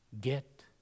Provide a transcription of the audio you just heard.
get